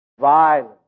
violence